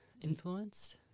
influenced